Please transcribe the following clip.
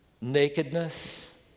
nakedness